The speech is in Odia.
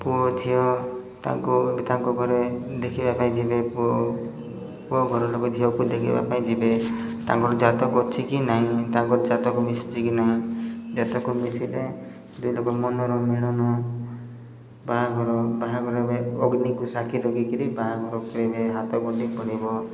ପୁଅ ଝିଅ ତାଙ୍କୁ ତାଙ୍କ ଘରେ ଦେଖିବା ପାଇଁ ଯିବେ ପୁଅ ପୁଅ ଘର ଲୋକ ଝିଅକୁ ଦେଖିବା ପାଇଁ ଯିବେ ତାଙ୍କର ଜାତକ ଅଛି କି ନାହିଁ ତାଙ୍କର ଜାତକ ମିଶିଛି କି ନାହିଁ ଜାତକ ମିଶିଲେ ଦୁଇ ଲକ ମନର ମିଳନ ବାହାଘର ବାହାଘର ଏବେ ଅଗ୍ନିକୁ ସାକ୍ଷୀ ରଖିକିରି ବାହାଘର କହିବେ ହାତ ଗଣ୍ଠି ପଡ଼ିବ